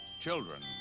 Children